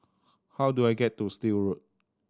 how do I get to Still Road